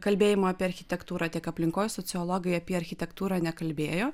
kalbėjimo apie architektūrą tiek aplinkoje sociologai apie architektūrą nekalbėjo